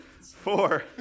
Four